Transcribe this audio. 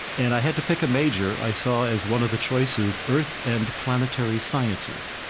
and i had to pick a major. i saw as one of the choices earth and planetary sciences.